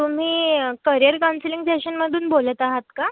तुम्ही career counselling सेशनमधून बोलत आहात का